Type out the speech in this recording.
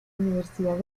universidad